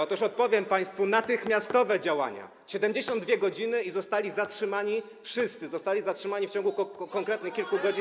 Otóż odpowiem państwu: natychmiastowe działania, 72 godziny i zostali zatrzymani wszyscy, zostali zatrzymani w ciągu kolejnych kilku godzin.